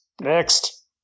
Next